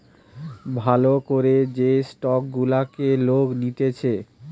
ভাল করে যে স্টক গুলাকে লোক নিতেছে